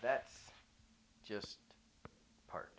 that just part